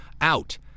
out